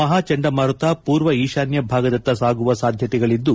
ಮಹಾ ಚಂಡಮಾರುತ ಪೂರ್ವ ಈಶಾನ್ವ ಭಾಗದತ್ತ ಸಾಗುವ ಸಾಧ್ಯತೆಗಳಿದ್ದು